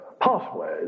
pathways